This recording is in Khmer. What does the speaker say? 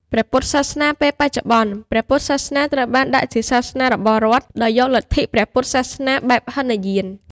ព្រះពុទ្ធសាសនានាពេលបច្ចុប្បន្ន៖ព្រះពុទ្ធសាសនាត្រូវបានដាក់ជាសាសនា របស់រដ្ឋ ដោយយកលទ្ធិព្រះពុទ្ធសាសនាបែបហីនយាន ។